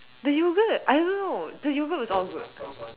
the yogurt I don't know the yogurt was all good